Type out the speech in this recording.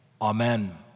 Amen